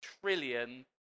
trillion